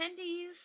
Attendees